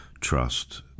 trust